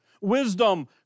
Wisdom